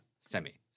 semi